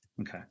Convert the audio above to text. okay